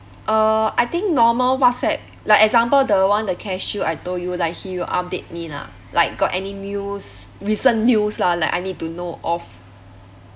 uh I think normal whatsapp like example the one the cashew I told you like he'll update me lah like got any news recent news lah like I need to know of